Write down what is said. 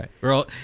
Right